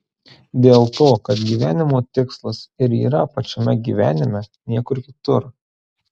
dėl to kad gyvenimo tikslas ir yra pačiame gyvenime niekur kitur